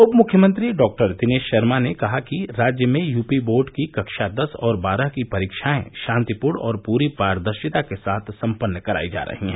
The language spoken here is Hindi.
उप मुख्यमंत्री डॉक्टर दिनेश शर्मा ने कहा कि राज्य में यूपी बोर्ड की कक्षा दस और बारह की परीक्षाएं शान्तिपूर्ण और पूरी पारदर्शिता के साथ संपन्न करायी जा रही हैं